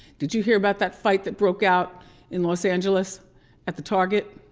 did you hear about that fight that broke out in los angeles at the target?